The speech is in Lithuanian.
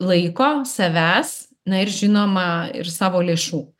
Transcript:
laiko savęs na ir žinoma ir savo lėšų